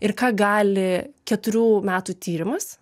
ir ką gali keturių metų tyrimas